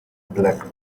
blood